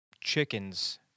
chickens